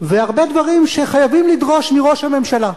והרבה דברים שחייבים לדרוש מראש הממשלה